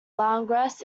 langres